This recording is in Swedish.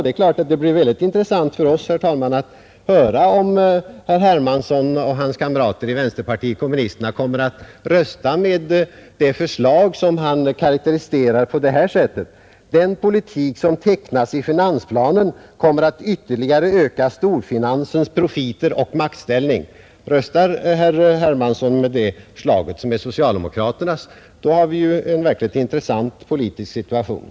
Det är klart att det skall bli mycket intressant för oss att få höra om herr Hermansson och hans kamrater i vänsterpartiet kommunisterna kommer att rösta med det förslag som han karakteriserar på det här sättet: ”Den politik som tecknas i finansplanen kommer att ytterligare öka storfinansens profiter och maktställning.” Röstar herr Hermansson för det förslaget som är socialdemokraternas, uppstår ju en verkligt intressant politisk situation.